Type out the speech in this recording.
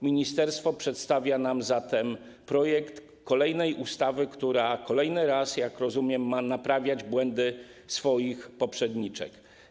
Ministerstwo przedstawia nam zatem projekt kolejnej ustawy, która kolejny raz, jak rozumiem, ma naprawiać błędy swoich poprzedniczek.